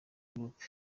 group